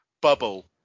bubble